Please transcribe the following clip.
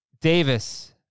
Davis